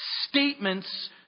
statements